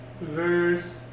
verse